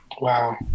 wow